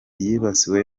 yibasiwe